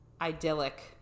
idyllic